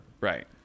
Right